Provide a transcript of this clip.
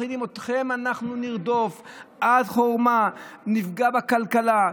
אותם אנחנו נרדוף עד חורמה, נפגע בכלכלה.